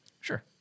Sure